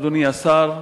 אדוני השר,